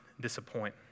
disappoint